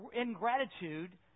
ingratitude